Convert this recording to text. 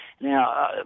Now